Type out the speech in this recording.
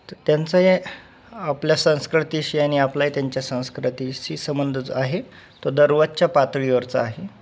तर त्यांचं हे आपल्या संस्कृतीशी आणि आपलाही त्यांच्या संस्कृतीशी संबंधच आहे तो दररोजच्या पातळीवरचा आहे